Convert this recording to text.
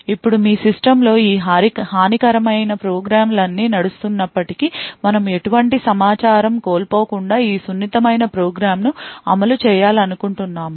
ఇప్పుడు మీ సిస్టమ్లో ఈ హానికరమైన ప్రోగ్రామ్లన్నీ నడుస్తున్నప్పటికీ మనము ఎటువంటి సమాచారం కోల్పోకుండా ఈ సున్నితమైన ప్రోగ్రామ్ను అమలు చేయాలనుకుంటున్నాము